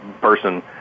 person